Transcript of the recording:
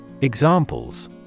Examples